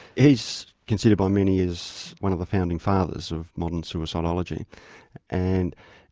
he's considered by many as one of the founding fathers of modern suicidology and,